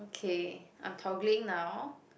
okay I'm toggling now